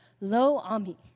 Lo-Ami